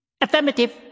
Affirmative